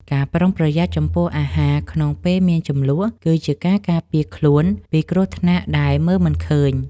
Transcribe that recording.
ការប្រុងប្រយ័ត្នចំពោះអាហារក្នុងពេលមានជម្លោះគឺជាការការពារខ្លួនពីគ្រោះថ្នាក់ដែលមើលមិនឃើញ។